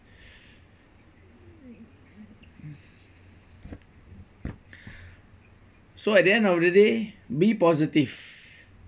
so at the end of the day be positive